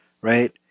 Right